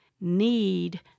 need